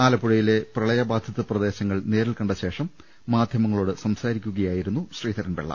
ആല പ്പുഴയിലെ പ്രളയ ബാധിത പ്രദേശങ്ങൾ നേരിൽകണ്ട ശേഷം മാധ്യമങ്ങളോട് സംസാരിക്കുകയായിരുന്നു ശ്രീധ രൻപിളള